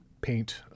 Paint